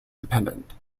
dependent